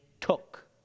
took